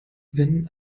wenn